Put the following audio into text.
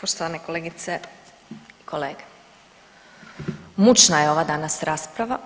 Poštovane kolegice i kolege, mučna je ova danas rasprava